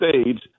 stage